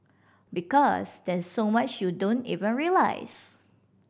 because there's so much you don't even realise